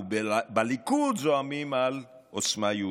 ובליכוד זועמים על עוצמה יהודית,